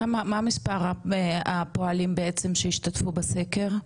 מה מספר הפועלים בעצם שהשתתפו בסקר?